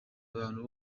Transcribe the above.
abantu